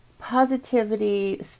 positivity